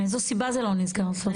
מאיזו סיבה זה לא נסגר סופית?